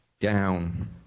down